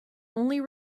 only